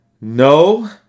no